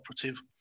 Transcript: operative